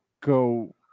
go